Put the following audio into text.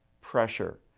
pressure